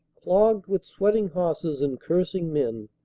clogged with sweating horses and cursing men,